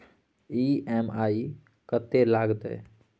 EMI कत्ते लगतै?